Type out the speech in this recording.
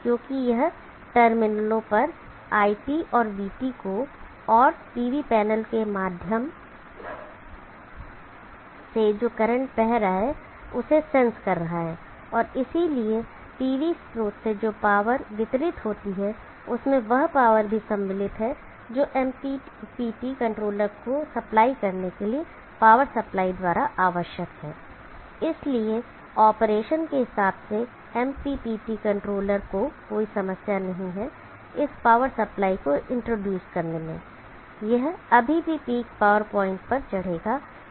क्योंकि यह टर्मिनलों पर iT और vT को और PV पैनल के माध्यम से जो करंट बह रहा है उसे सेंस कर रहा है और इसलिए PV स्रोत से जो पावर वितरित होती है उसमें वह पावर भी सम्मिलित है जो MPPT कंट्रोलर को सप्लाई करने के लिए पावर सप्लाई द्वारा आवश्यक है इसलिए ऑपरेशन के हिसाब से MPPT कंट्रोलर को कोई समस्या नहीं है इस पावर सप्लाई को इंट्रोड्यूस करने में यह अभी भी पीक पावर पॉइंट पर चढ़ेगा